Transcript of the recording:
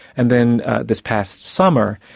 and then this past summer,